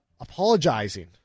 apologizing